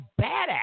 badass